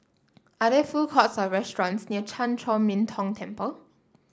are there food courts or restaurants near Chan Chor Min Tong Temple